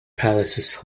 places